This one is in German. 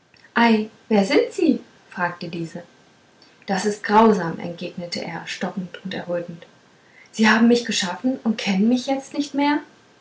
wer sind sie fragte diese das ist grausam entgegnete er stockend und errötend sie haben mich geschaffen und kennen mich jetzt nicht mehr